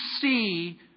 see